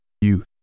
youth